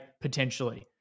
Potentially